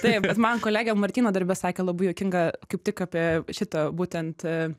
taip bet man kolegė martyno darbe sakė labai juokinga kaip tik apie šitą būtent